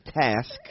task